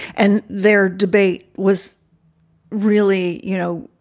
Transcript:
and their debate was really, you know,